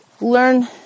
learn